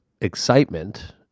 excitement